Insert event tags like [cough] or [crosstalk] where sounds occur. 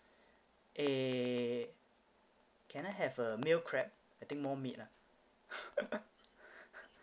eh can I have a male crab I think more meat ah [laughs]